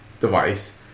device